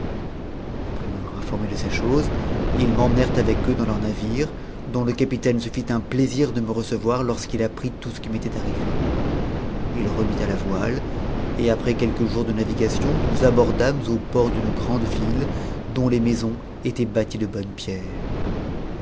après m'avoir informé de ces choses ils m'emmenèrent avec eux dans leur navire dont le capitaine se fit un plaisir de me recevoir o qu'il apprit tout ce qui m'était arrivé remit à la voile et après qm'fq om s de navigation nous abordâmes au port d'une grande ville dont les misoas étaient bâties de bonnes